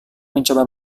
mencoba